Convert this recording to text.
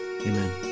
Amen